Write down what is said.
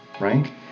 right